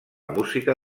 música